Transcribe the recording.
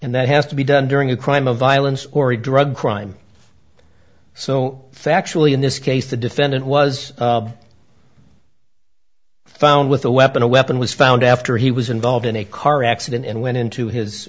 and that has to be done during a crime of violence or a drug crime so factually in this case the defendant was found with a weapon a weapon was found after he was involved in a car accident and went into his